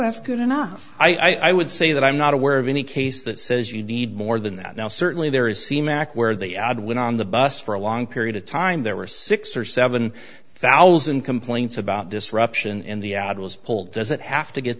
that's good enough i would say that i'm not aware of any case that says you need more than that now certainly there is see mack where the ad went on the bus for a long period of time there were six or seven thousand complaints about disruption in the ad was pulled does it have to get